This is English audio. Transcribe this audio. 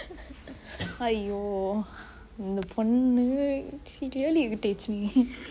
!aiyo! இந்த பொன்னு:inthe ponnu she really irritates me